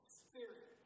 spirit